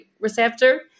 receptor